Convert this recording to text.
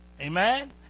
Amen